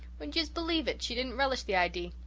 would yez believe it, she didn't relish the idee.